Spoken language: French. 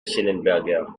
schellenberger